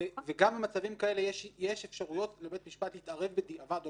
גם במצבים כאלה יש אפשרויות לבית המשפט להתערב בדיעבד או